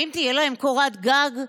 האם תהיה להם קורת גג?